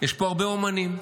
יש פה הרבה אומנים.